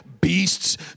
beasts